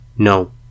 No